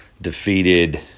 defeated –